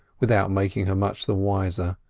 without making her much the wiser.